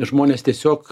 žmonės tiesiog